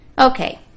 Okay